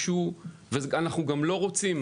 ואנחנו גם לא רוצים.